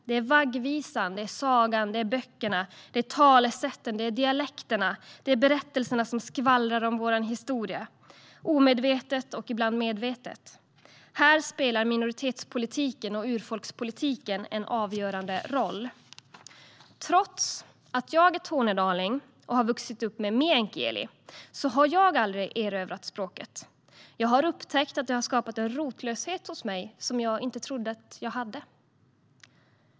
Det är vaggvisan, sagan, böckerna, talesätten, dialekterna och berättelserna som skvallrar om vår historia, omedvetet och ibland medvetet. Här spelar minoritetspolitiken och urfolkspolitiken en avgörande roll. Trots att jag är tornedaling och har vuxit upp med meänkieli har jag aldrig erövrat språket. Jag har upptäckt att det har skapat en rotlöshet hos mig som jag inte trodde att jag hade.